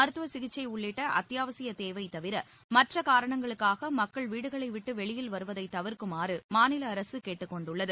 மருத்துவ சிகிச்சை உள்ளிட்ட அத்தியாவசிய தேவை தவிர மற்ற காரணங்களுக்காக மக்கள் வீடுகளை விட்டு வெளியில் வருவதை தவிர்க்குமாறு மாநில அரசு கேட்டுக் கொண்டுள்ளது